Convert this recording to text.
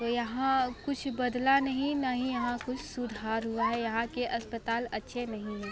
तो यहाँ कुछ बदला नहीं नहीं यहाँ कुछ सुधार हुआ है यहाँ के अस्पताल अच्छे नहीं है